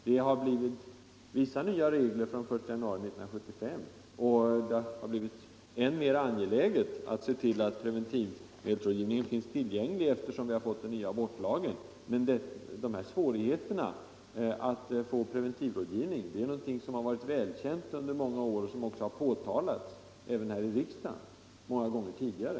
Det har kommit vissa nya regler från den 1 januari 1975, och det har blivit än mer angeläget att se till att preventivmedelsrådgivning finns tillgänglig sedan vi har fått den nya abortlagen. Men svårigheterna att få preventivmedelsrådgivning har funnits under många år och har påtalats även här i riksdagen många gånger tidigare.